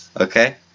okay